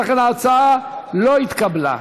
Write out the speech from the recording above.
ולכן ההצעה לא התקבלה.